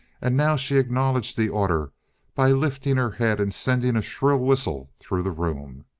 and now she acknowledged the order by lifting her head and sending a shrill whistle through the room.